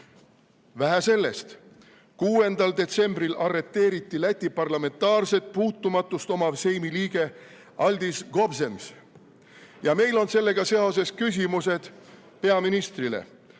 Vähe sellest, 6. detsembril arreteeriti Läti parlamentaarset puutumatust omav seimi liige Aldis Gobzems. Meil on sellega seoses küsimused peaministrile.